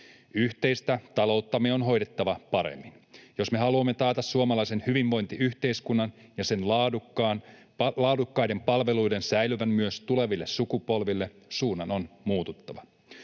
Yhteistä talouttamme on hoidettava paremmin. Jos me haluamme taata suomalaisen hyvinvointiyhteiskunnan ja sen laadukkaiden palveluiden säilyvän myös tuleville sukupolville, suunnan on muututtava.